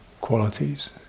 qualities